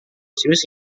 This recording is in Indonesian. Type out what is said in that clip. serius